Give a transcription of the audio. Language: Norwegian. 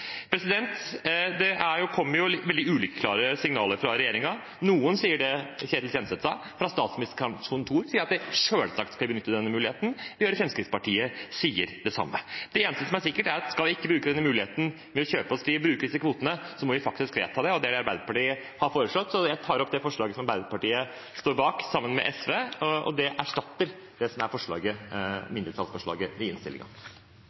Det kommer veldig uklare signaler fra regjeringen. Noen sier det Ketil Kjenseth sa. Fra Statsministerens kontor sier man at man selvsagt skal benytte denne muligheten. Vi hører Fremskrittspartiet si det samme. Det eneste som er sikkert, er at skal vi ikke bruke denne muligheten ved å bruke disse kvotene, må vi faktisk vedta det, og det er det Arbeiderpartiet har foreslått. Jeg tar opp det forslaget som Arbeiderpartiet står bak sammen med SV. Det erstatter det som er mindretallsforslaget i innstillingen. Representanten Åsmund Aukrust har tatt opp det forslaget han refererte til. Resultatet av klimaforhandlingene i